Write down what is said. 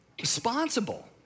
responsible